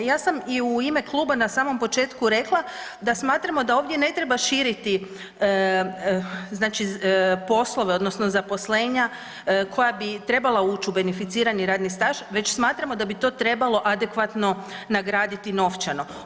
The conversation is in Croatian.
Ja sam i u ime kluba na samom početku rekla da smatramo da ovdje ne treba širiti znači poslove odnosno zaposlenja koja bi trebala uć u beneficirani radni staž već smatramo da bi to trebalo adekvatno nagraditi novčano.